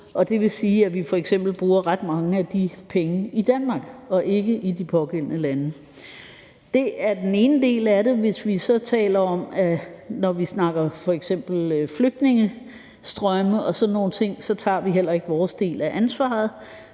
det vil sige, at vi f.eks. bruger ret mange af de penge i Danmark og ikke i de pågældende lande. Det er den ene del af det. Hvis vi så taler om flygtningestrømme og sådan nogle ting, tager vi heller ikke vores del af ansvaret.